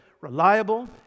reliable